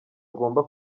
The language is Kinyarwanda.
agomba